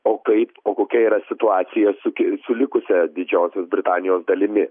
o kaip o kokia yra situacija sukė su likusia didžiosios britanijos dalimi